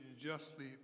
justly